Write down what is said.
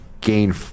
gain